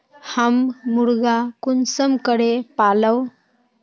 हम मुर्गा कुंसम करे पालव?